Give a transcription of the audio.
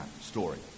story